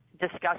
discuss